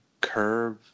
Curve